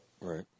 Right